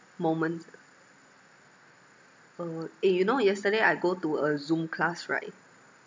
moments ah eh you know yesterday I go to a zoom class right